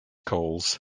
calls